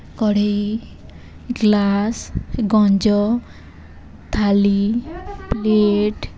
କଢ଼େଇ ଗ୍ଲାସ୍ ଗଞ୍ଜ ଥାଳି ପ୍ଲେଟ୍